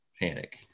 panic